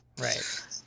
Right